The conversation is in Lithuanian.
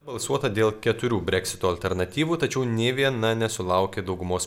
balsuota dėl keturių breksito alternatyvų tačiau nė viena nesulaukė daugumos